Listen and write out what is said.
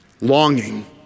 Longing